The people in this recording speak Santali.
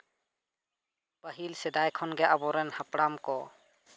ᱯᱟᱹᱦᱤᱞ ᱥᱮᱫᱟᱭ ᱠᱷᱚᱱ ᱜᱮ ᱟᱵᱚᱨᱮᱱ ᱦᱟᱯᱲᱟᱢ ᱠᱚ